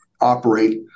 operate